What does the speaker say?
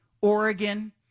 Oregon